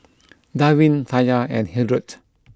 Darvin Taya and Hildred